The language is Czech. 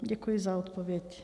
Děkuji za odpověď.